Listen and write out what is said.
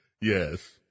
Yes